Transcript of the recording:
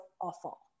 awful